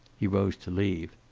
he rose to leave.